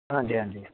ਹਾਂਜੀ ਹਾਂਜੀ